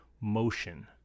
motion